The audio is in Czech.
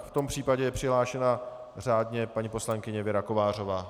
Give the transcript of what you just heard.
V tom případě je přihlášena řádně paní poslankyně Věra Kovářová.